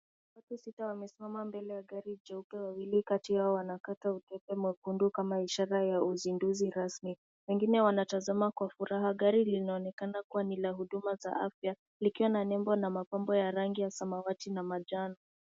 Watu sita wamesimama mbele ya gari jeupe, wawili kati yao wanakata ua mwekundu kama ishara ya uzinduzi rasmi wengine wanatazama kwa furaha. Gari linaonekana kuwa ni la huduma za afya likiwa na nembo na mapambo ya rangi ya samawati na manjano.